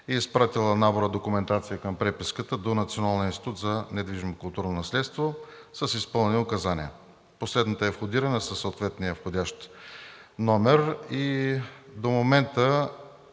е изпратила набора документация към преписката до Националния институт за недвижимо културно наследство с изпълнени указания. Последната е входирана със съответния входящ номер и до момента